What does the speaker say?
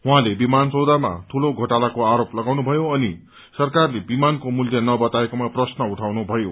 उहाँले विमान सौदामा दूलो घोटालाको आरोप लगाउनुभयो अनि सरकारले विमानको मूल्य बताएकोमा प्रश्न उठाउनुभयो